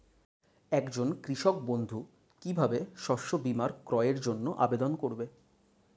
একজন কৃষক বন্ধু কিভাবে শস্য বীমার ক্রয়ের জন্যজন্য আবেদন করবে?